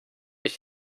ich